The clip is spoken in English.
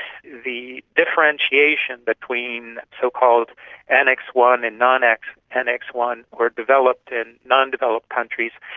the differentiation between so-called annex one and non annex annex one or developed and non-developed countries,